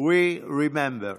We Remember.